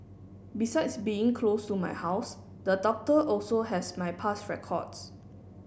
besides being close to my house the doctor also has my past records